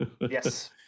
yes